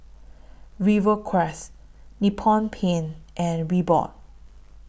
Rivercrest Nippon Paint and Reebok